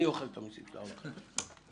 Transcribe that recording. אני אוכל את המסים של העולה החדשה.